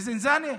בזינזאנה?